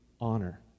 honor